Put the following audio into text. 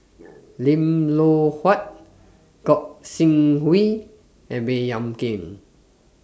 Lim Loh Huat Gog Sing Hooi and Baey Yam Keng